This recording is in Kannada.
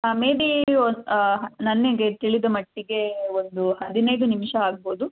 ಹಾಂ ಮೇಬೀ ನನಗೆ ತಿಳಿದ ಮಟ್ಟಿಗೆ ಒಂದು ಹದಿನೈದು ನಿಮಿಷ ಆಗ್ಬೋದು